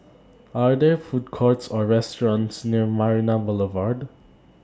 Are There Food Courts Or restaurants near Marina Boulevard